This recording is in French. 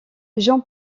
jean